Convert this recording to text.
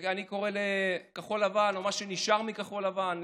אני קורא לכחול לבן או מה שנשאר מכחול לבן,